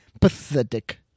Pathetic